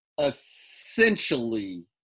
essentially